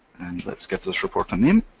and let's give this report a name,